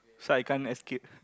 so I can't escape